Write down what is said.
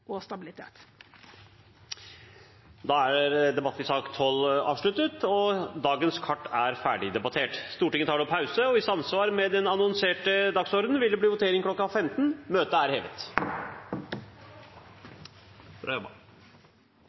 og stabilitet. Flere har ikke bedt om ordet til sak nr. 12. Dermed er dagens kart ferdigdebattert. Stortinget tar nå pause, og i samsvar med den annonserte dagsordenen vil det bli votering kl. 15. Sakene nr. 1 og 2 er